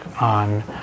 on